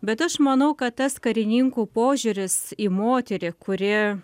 bet aš manau kad tas karininkų požiūris į moterį kuri